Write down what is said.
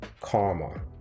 karma